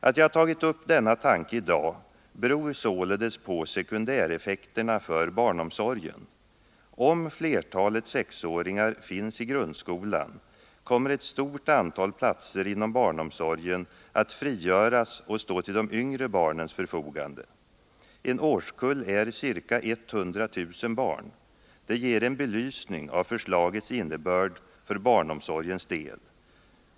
Att jag har tagit upp denna tanke i dag beror således på sekundäreffekterna för barnomsorgen. Om flertalet sexåringar finns i grundskolan, kommer ett stort antal platser inom barnomsorgen att frigöras och stå till de yngre barnens förfogande. En årskull är ca 100000 barn. Det ger en belysning av förslagets innebörd för barnomsorgens del.